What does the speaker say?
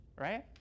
right